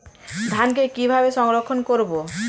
ধানকে কিভাবে সংরক্ষণ করব?